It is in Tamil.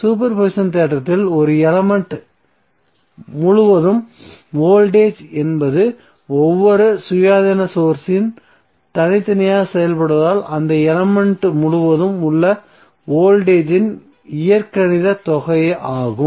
சூப்பர் பொசிஷன் தேற்றத்தில் ஒரு எலமென்ட் முழுவதும் வோல்டேஜ் என்பது ஒவ்வொரு சுயாதீன சோர்ஸ் உம் தனியாக செயல்படுவதால் அந்த எலமென்ட் முழுவதும் உள்ள வோல்டேஜ்ஜின் இயற்கணித தொகை ஆகும்